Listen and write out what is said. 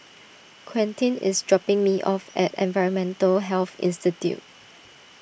Quentin is dropping me off at Environmental Health Institute